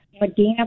medina